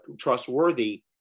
trustworthy